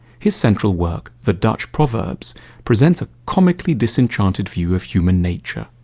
his central work, the dutch proverbs presents a comically disenchanted view of human nature.